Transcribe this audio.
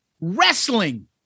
wrestling